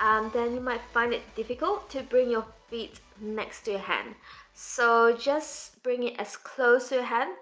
and then you might find it difficult to bring your feet next to your hand so just bring it as close to your hand,